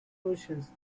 oceans